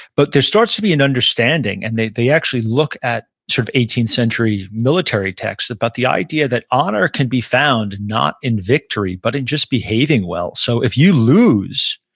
but there starts to be an understanding, and they they actually look at sort of eighteenth century military texts about the idea that honor can be found not in victory, but in just behaving well, so if you lose,